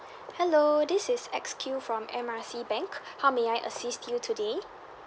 hello this is X Q from M R C bank how may I assist you today